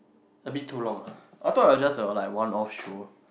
a bit too long ah I thought it was just a like one off show